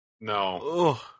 no